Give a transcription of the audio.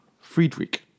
Friedrich